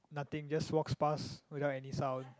nothing just walks pass without any sound